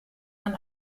man